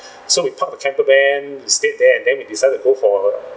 so we parked the campervan we stayed there and then we decided to go for